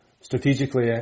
strategically